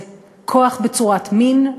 זה כוח בצורת מין,